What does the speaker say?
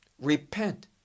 repent